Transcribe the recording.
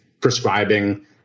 prescribing